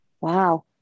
Wow